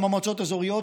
גם במועצות האזוריות,